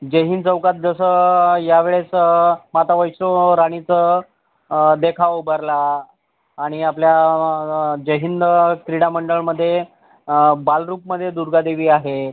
जयहिंद चौकात जसं यावेळेस माता वैष्णव राणीचं देखावा उभारला आणि आपल्या जयहिंद क्रीडामंडळामध्ये बालरूपामध्ये दुर्गादेवी आहे